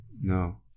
no